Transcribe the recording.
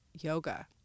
yoga